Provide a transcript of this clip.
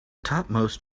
topmost